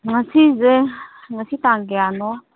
ꯉꯁꯤꯁꯦ ꯉꯁꯤ ꯇꯥꯡ ꯀꯌꯥꯅꯣ